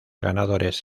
ganadores